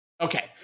Okay